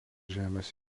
žemės